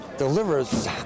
delivers